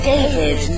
David